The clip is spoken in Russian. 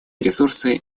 ресурсы